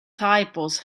typos